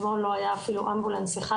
אתמול לא היה אפילו אמבולנס אחד,